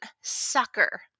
sucker